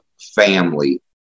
family